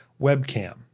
webcam